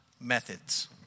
methods